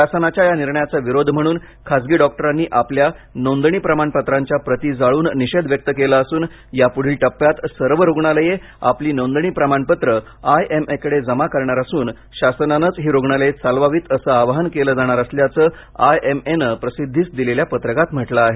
शासनाच्या या निर्णयाचा विरोध म्हणून खासगी डॉक्टरांनी आपल्या नोंदणी प्रमाणपत्रांच्या प्रति जाळून निषेध व्यक्त केला असून यापुढील टप्प्यात सर्व रुग्णालये आपली नोंदणी प्रमाणपत्र आय एम ए कडे जमा करणार असून शासनानेच ही रुग्णालये चालवावीत असं आवाहन केलं जाणार असल्याचं आय एम ए ने प्रसिद्धीस दिलेल्या पत्रकात म्हटलं आहे